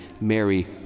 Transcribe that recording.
Mary